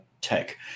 tech